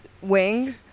wing